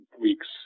weeks